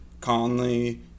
Conley